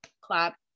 clap